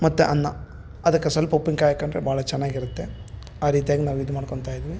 ಮತ್ತು ಅನ್ನ ಅದಕ್ಕೆ ಸ್ವಲ್ಪ ಉಪ್ಪಿನ್ಕಾಯಿ ಹಾಕ್ಕಂಡ್ರೆ ಭಾಳ ಚೆನ್ನಾಗಿರುತ್ತೆ ಆ ರೀತಿಯಾಗಿ ನಾವು ಇದು ಮಾಡ್ಕೊತ ಇದ್ವಿ